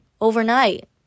overnight